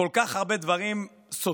כל כך הרבה דברים סותרים,